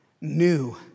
new